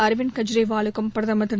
அர்விந்த் கெஜ்ரிவாலுக்கும் பிரதமர் திரு